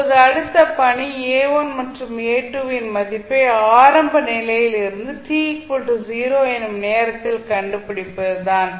இப்போது அடுத்த பணி A1 மற்றும் A2 இன் மதிப்பை ஆரம்ப நிலையில் இருந்து t 0 என்னும் நேரத்தில் கண்டுபிடிப்பது தான்